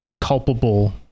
culpable